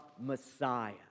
Messiah